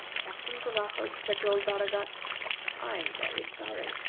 captain covajos said to old baragat i am very sorry,